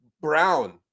brown